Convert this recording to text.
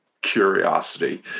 curiosity